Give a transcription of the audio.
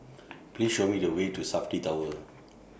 Please Show Me The Way to Safti Tower